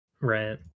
Right